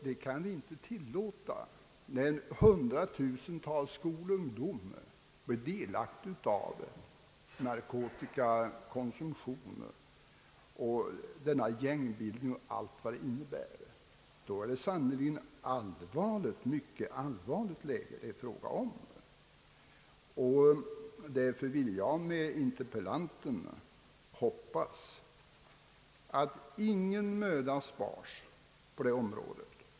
Vi kan inte tillåta att hundratusentals skolungdomar blir delaktiga av narkotikakonsumtion med gängbildning och allt vad den innebär. Det är sannerligen fråga om ett mycket allvarligt läge. Därför vill jag med interpellanten hoppas att ingen möda sparas på detta område.